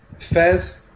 Fez